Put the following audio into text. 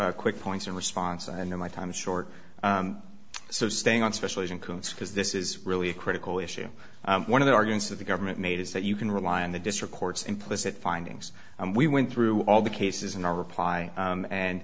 of quick points in response i know my time is short so staying on special agent comes because this is really a critical issue one of the arguments that the government made is that you can rely on the district court's implicit findings and we went through all the cases in our reply